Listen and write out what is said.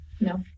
No